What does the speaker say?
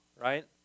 right